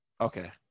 Okay